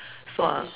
so uh